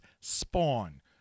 Spawn